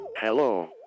Hello